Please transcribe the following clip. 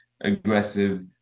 aggressive